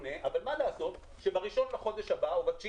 קונה אבל מה לעשות שב-1 לחודש הבא או ב-9